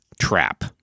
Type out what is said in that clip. trap